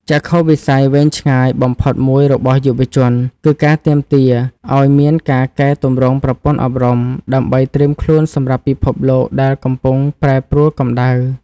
ចក្ខុវិស័យវែងឆ្ងាយបំផុតមួយរបស់យុវជន គឺការទាមទារឱ្យមានការកែទម្រង់ប្រព័ន្ធអប់រំ ដើម្បីត្រៀមខ្លួនសម្រាប់ពិភពលោកដែលកំពុងប្រែប្រួលកម្ដៅ។